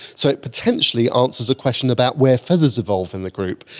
so it potentially answers a question about where feathers evolved in the group.